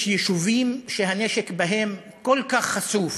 יש יישובים שהנשק בהם כל כך חשוף,